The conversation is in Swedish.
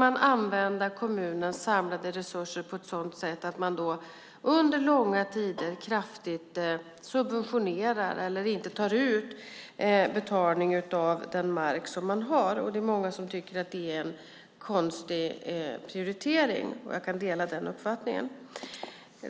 använda kommunens samlade resurser på ett sådant sätt att man under långa tider kraftigt subventionerar eller inte tar ut betalning för den mark man har? Många tycker att det är en konstig prioritering, och jag delar den uppfattningen.